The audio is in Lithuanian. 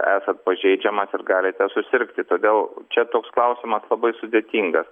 esat pažeidžiamas ir galite susirgti todėl čia toks klausimas labai sudėtingas